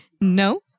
No